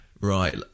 Right